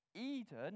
Eden